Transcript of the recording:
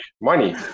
money